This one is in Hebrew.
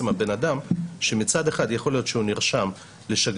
הבן אדם שמצד אחד יכול להיות שהוא נרשם לשגרירות,